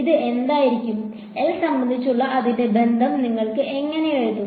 അത് എന്തായിരിക്കും എൽ സംബന്ധിച്ചുള്ള അതിന്റെ ബന്ധം നിങ്ങൾ എങ്ങനെ എഴുതും